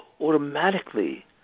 automatically